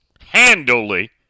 handily